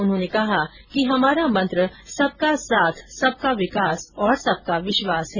उन्होंने कहा कि हमारा मंत्र सबका साथ सबका विकास और सबका विश्वास है